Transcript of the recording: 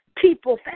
People